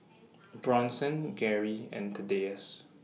Bronson Garry and Thaddeus